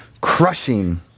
crushing